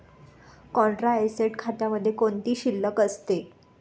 Contra asset खात्यामध्ये कोणती शिल्लक असते?